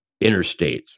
interstates